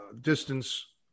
distance